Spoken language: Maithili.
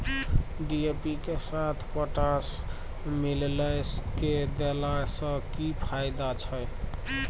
डी.ए.पी के साथ पोटास मिललय के देला स की फायदा छैय?